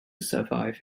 survive